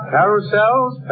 Carousels